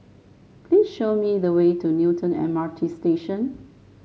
please show me the way to Newton M R T Station